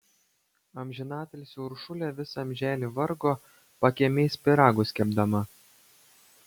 amžinatilsį uršulė visą amželį vargo pakiemiais pyragus kepdama